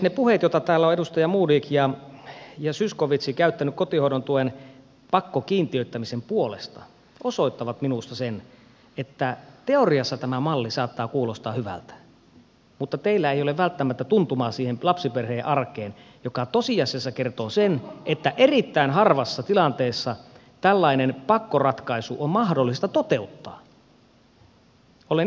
ne puheet joita täällä ovat edustajat modig ja zyskowicz käyttäneet kotihoidon tuen pakkokiintiöittämisen puolesta osoittavat minusta sen että teoriassa tämä malli saattaa kuulostaa hyvältä mutta teillä ei ole välttämättä tuntumaa siihen lapsiperheen arkeen joka tosiasiassa kertoo sen että erittäin harvassa tilanteessa tällainen pakkoratkaisu on mahdollista toteuttaa